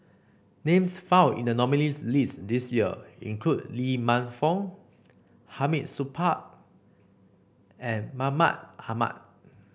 names found in the nominees' list this year include Lee Man Fong Hamid Supaat and Mahmud Ahmad